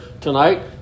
tonight